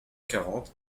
quarante